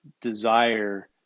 desire